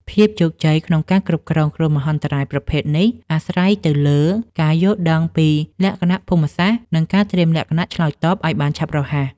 ភាពជោគជ័យក្នុងការគ្រប់គ្រងគ្រោះមហន្តរាយប្រភេទនេះ អាស្រ័យទៅលើការយល់ដឹងពីលក្ខណៈភូមិសាស្ត្រ និងការត្រៀមលក្ខណៈឆ្លើយតបឱ្យបានឆាប់រហ័ស។